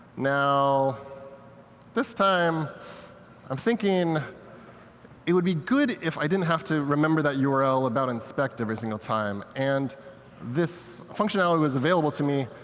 now this time i'm thinking it would be good if i didn't have to remember that yeah url about inspect every single time, and this functionality was available to me,